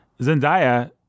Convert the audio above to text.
Zendaya